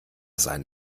sein